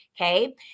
Okay